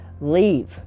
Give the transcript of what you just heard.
leave